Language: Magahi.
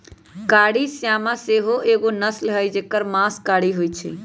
कारी श्यामा सेहो एगो नस्ल हई जेकर मास कारी होइ छइ